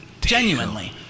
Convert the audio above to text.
genuinely